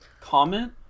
comment